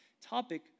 topic